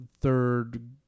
third